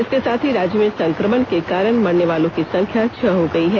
इसके साथ ही राज्य में संक्रमण के कारण मरने वालों की संख्या छह हो गई है